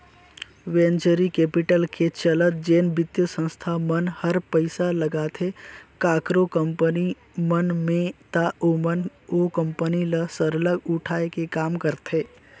venture capital के चलत जेन बित्तीय संस्था मन हर पइसा लगाथे काकरो कंपनी मन में ता ओमन ओ कंपनी ल सरलग उठाए के काम करथे